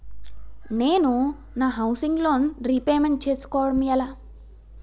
నేను నా housing loan repayment చేసుకోవటం ఎలా?